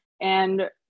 And-